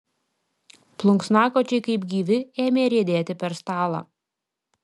plunksnakočiai kaip gyvi ėmė riedėti per stalą